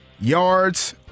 yards